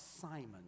simon